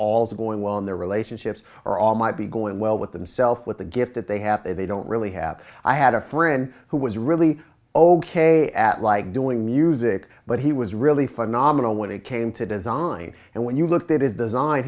all is going well in their relationships or all might be going well with themself with the gift that they have they don't really have i had a friend who was really a at like doing music but he was really phenomenal when it came to design and when you look at it is design